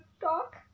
talk